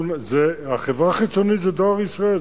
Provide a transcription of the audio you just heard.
החברה החיצונית זה "דואר ישראל",